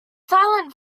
silent